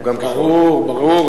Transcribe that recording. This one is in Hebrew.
ברור, ברור.